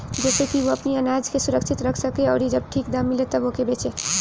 जेसे की उ अपनी आनाज के सुरक्षित रख सके अउरी जब ठीक दाम मिले तब ओके बेचे